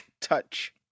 touch